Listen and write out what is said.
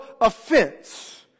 offense